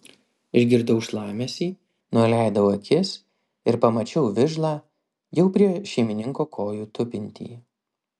išgirdau šlamesį nuleidau akis ir pamačiau vižlą jau prie šeimininko kojų tupintį